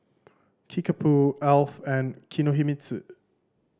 Kickapoo Alf and Kinohimitsu